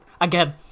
again